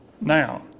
now